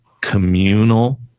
communal